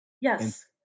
Yes